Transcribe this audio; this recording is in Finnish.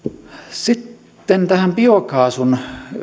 sitten tähän biokaasun